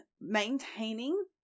maintaining